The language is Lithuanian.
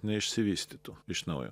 neišsivystytų iš naujo